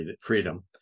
freedom